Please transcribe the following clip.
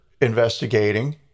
investigating